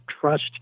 trust